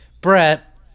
Brett